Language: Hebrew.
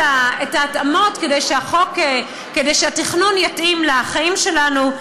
ההתאמות כדי שהתכנון יתאים לחיים שלנו.